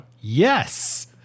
Yes